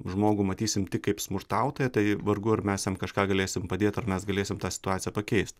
žmogų matysim tik kaip smurtautoją tai vargu ar mes jam kažką galėsim padėt ar mes galėsim tą situaciją pakeist